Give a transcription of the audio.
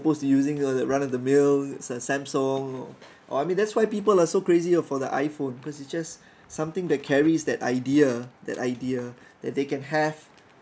opposed using you know run of the mill s~ Samsung or or I mean that's why people are so crazy for the iPhone because it's just something that carries that idea that idea that they can have